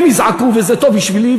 הם יזעקו וזה טוב בשבילי,